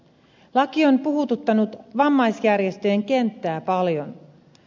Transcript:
laki on puhututtanut vammaisjärjestöjen kenttää paljon